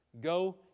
Go